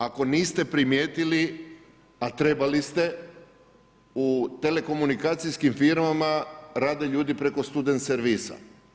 Ako niste primijetili a trebali ste, u telekomunikacijskim firmama, rade ljudi preko student servisa.